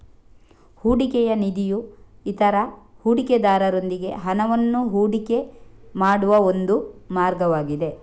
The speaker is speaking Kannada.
ಹೂಡಿಕೆಯ ನಿಧಿಯು ಇತರ ಹೂಡಿಕೆದಾರರೊಂದಿಗೆ ಹಣವನ್ನು ಹೂಡಿಕೆ ಮಾಡುವ ಒಂದು ಮಾರ್ಗವಾಗಿದೆ